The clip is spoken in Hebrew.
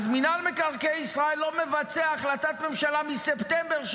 מינהל מקרקעי ישראל לא מבצע החלטת ממשלה מספטמבר,